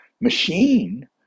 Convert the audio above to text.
machine